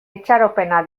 itxaropena